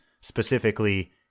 specifically